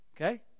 Okay